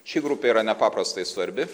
ši grupė yra nepaprastai svarbi